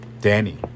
Danny